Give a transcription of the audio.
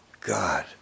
God